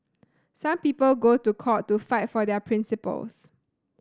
some people go to court to fight for their principles